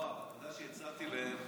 יואב, הצעתי להם